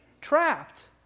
trapped